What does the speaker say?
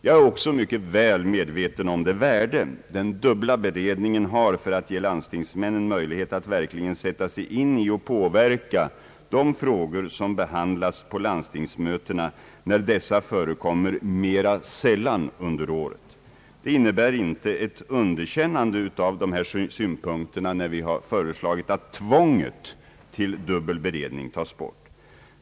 Jag är också mycket väl medveten om det värde den dubbla beredningen har för att ge landstingsmännen möjlighet att verkligen sätta sig in i och påverka de frågor som behandlas på landstingsmötena, när dessa förekommer mera sällan under året. Det innebär inte ett underkännande av dessa synpunkter, när vi föreslagit att tvånget till dubbel beredning skall tas bort.